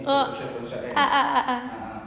oh ah ah ah